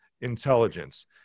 intelligence